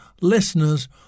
listeners